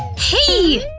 hey!